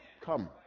Come